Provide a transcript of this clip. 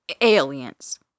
Aliens